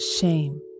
shame